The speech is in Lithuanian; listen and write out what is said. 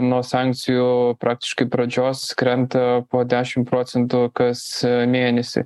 nuo sankcijų praktiškai pradžios krenta po dešim procentų kas mėnesį